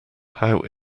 how